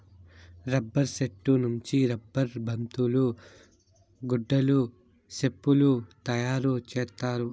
rubber సెట్టు నుంచి rubber బంతులు గుడ్డలు సెప్పులు తయారు చేత్తారు